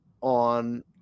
on